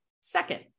Second